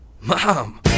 Mom